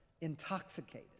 intoxicated